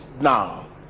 now